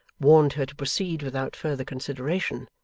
warned her to proceed without further consideration,